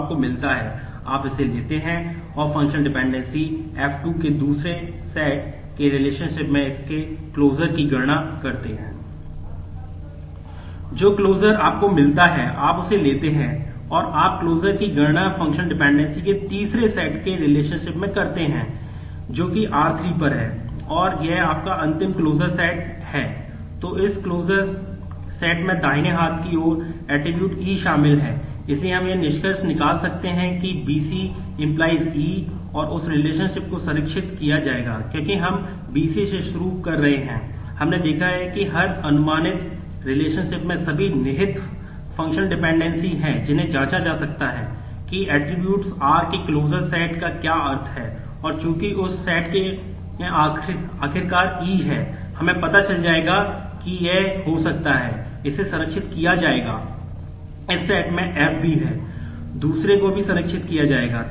जो क्लोजर में आखिरकार E है हमें पता चल जाएगा कि यह हो सकता है इसे संरक्षित किया जाएगा